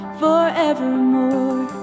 forevermore